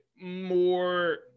more